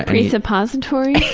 presuppositories?